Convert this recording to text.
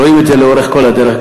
רואים את זה לאורך כל הדרך.